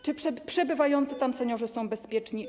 Czy przebywający tam seniorzy są bezpieczni?